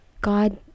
god